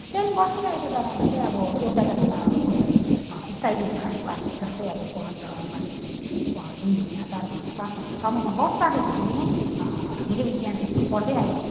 त्यहाँदेखिन बसिरहेको जग्गामा चाहिँ एउटा जग्गामा उनीहरू स्थायी रूपमा वास अब जस्तै अब पन्ध्र बाइस दिन दुई महिना चार महिना पाँच महिना छ महिना बस्दाखेरि देखिनै हामीले इतिहासमा पढ्दै आएको